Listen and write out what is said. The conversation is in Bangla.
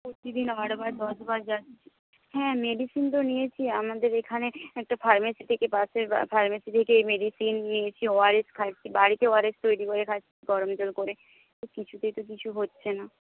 আটবার দশবার যাচ্ছি হ্যাঁ মেডিসিন তো নিয়েছি আমাদের এখানে একটা ফার্মেসি থেকে পাশের ফার্মেসি থেকেই মেডিসিন নিয়েছি ও আর এস খাচ্ছি বাড়িতে ও আর এস তৈরি করে খাচ্ছি গরম জল করে কিছুতেই তো কিছু হচ্ছে না